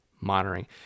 monitoring